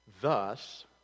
Thus